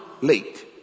late